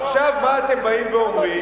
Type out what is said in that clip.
מה עשיתם בשנה האחרונה?